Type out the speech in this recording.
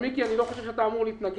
מיקי, אני לא חושב שאתה אמור להתנגד.